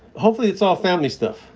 hopefully it's all family stuff.